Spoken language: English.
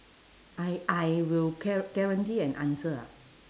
I I will gua~ guarantee an answer ah